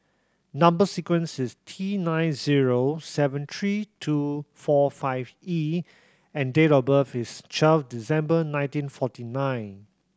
number sequence is T nine zero seven three two four five E and date of birth is twelve December nineteen forty nine